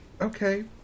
Okay